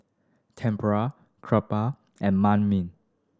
Tempura Crepa and Manh Mi